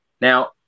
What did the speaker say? Now